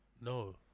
No